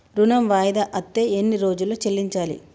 ఋణం వాయిదా అత్తే ఎన్ని రోజుల్లో చెల్లించాలి?